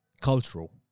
cultural